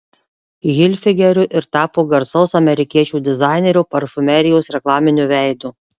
hilfigeriu ir tapo garsaus amerikiečių dizainerio parfumerijos reklaminiu veidu